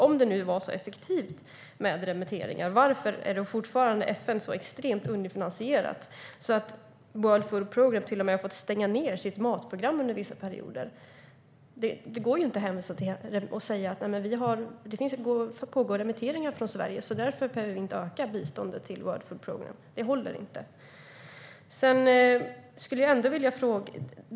Om det nu är så effektivt med remitteringar, varför är då FN fortfarande så extremt underfinansierat att World Food Programme till och med har fått stänga ned sitt matprogram under vissa perioder? Det går inte att hänvisa till att det pågår remitteringar från Sverige och att vi därför inte behöver öka biståndet till World Food Programme. Det håller inte.